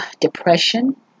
depression